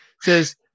says